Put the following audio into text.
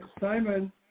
Simon